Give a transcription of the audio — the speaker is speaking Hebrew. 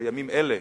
בימים אלה,